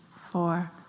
four